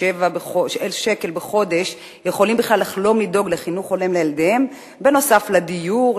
שקל בחודש יכולים בכלל לחלום על חינוך הולם לילדיהם נוסף על דיור,